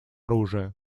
оружия